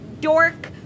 dork